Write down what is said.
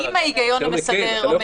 יותר מקל.